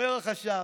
אומר החשב.